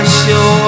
show